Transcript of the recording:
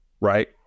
right